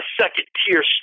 second-tier